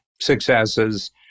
successes